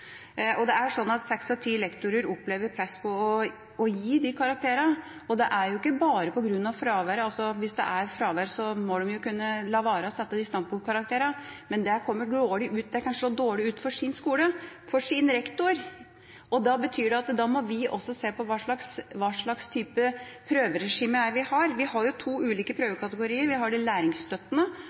Det er slik at seks av ti lektorer opplever press for å gi disse karakterene, og det er jo ikke bare på grunn av fraværet. Hvis det er fravær, må de jo kunne la være å sette de standpunktkarakterene. Men det kan slå dårlig ut for deres skole, for deres rektor, og det betyr da at vi også må se på hva slags type prøveregime vi har. Vi har to ulike prøvekategorier, vi har de læringsstøttende,